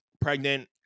pregnant